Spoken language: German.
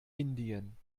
indien